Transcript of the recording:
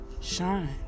shine